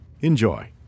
Enjoy